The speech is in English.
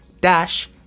dash